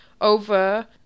over